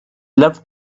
loved